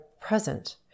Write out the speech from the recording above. present